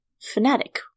fanatic